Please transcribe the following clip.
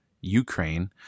Ukraine